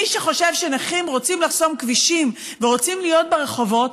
מי שחושב שנכים רוצים לחסום כבישים ורוצים להיות ברחובות,